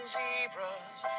zebras